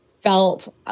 felt